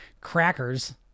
crackers